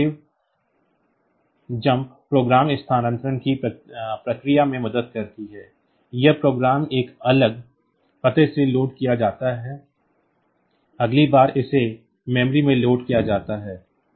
यह relative jump program स्थानांतरण की प्रक्रिया में मदद करती है यह प्रोग्राम एक अलग पते से लोड किया जा सकता है अगली बार इसे मेमोरी में लोड किया जाता है